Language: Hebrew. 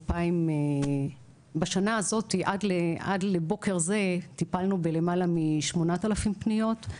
בשנה הזאת עד לבוקר זה טיפלנו בלמעלה מ-8,000 פניות.